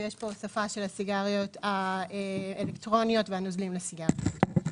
ויש פה הוספה של הסיגריות האלקטרוניות והנוזלים לסיגריות.